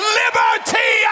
liberty